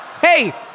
Hey